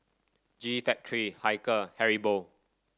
G Factory Hilker Haribo